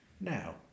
now